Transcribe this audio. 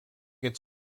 its